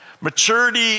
Maturity